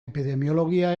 epidemiologia